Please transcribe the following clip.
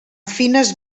fines